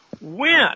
win